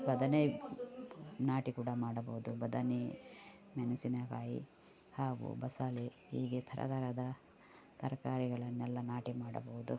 ಬದನೆ ನಾಟಿ ಕೂಡ ಮಾಡಬಹುದು ಬದನೆ ಮೆಣಸಿನಕಾಯಿ ಹಾಗು ಬಸಲೆ ಹೀಗೆ ಥರಥರದ ತರಕಾರಿಗಳನ್ನೆಲ್ಲ ನಾಟಿ ಮಾಡಬಹುದು